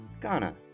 Ghana